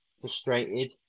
Frustrated